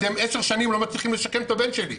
אתם עשר שנים לא מצליחים לשקם את הבן שלי,